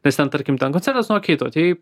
nes ten tarkim ten koncertas nu okei tu atėjai